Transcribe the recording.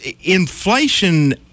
inflation